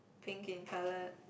pink in colour